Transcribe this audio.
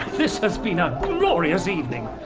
this has been a glorious evening!